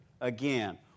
again